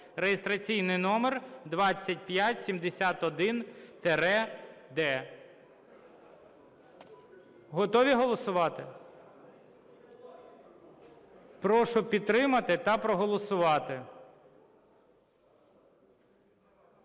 (реєстраційний номер 2571-д). Готові голосувати? Прошу підтримати та проголосувати.